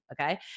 Okay